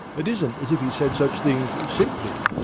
it isn't as if he said such things simply,